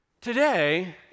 Today